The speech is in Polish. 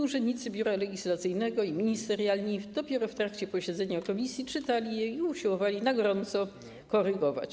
Urzędnicy Biura Legislacyjnego i ministerialni dopiero w trakcie posiedzenia komisji czytali je i usiłowali na gorąco korygować.